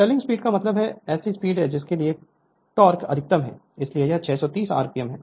stealing speed का मतलब है ऐसी स्पीड जिसके लिए टोक़ अधिकतम है इसलिए यह 630 आरपीएम है